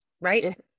right